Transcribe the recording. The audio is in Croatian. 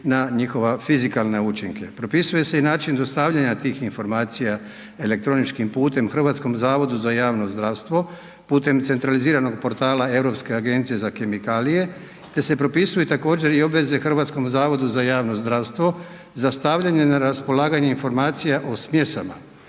na njihove fizikalne učinke. Propisuje se i način dostavljanja tih informacija elektroničkim putem HZJZ putem centraliziranog portala Europske agencije za kemikalije te se propisuju također i obveze HZJZ za stavljanje na raspolaganje informacija o smjesama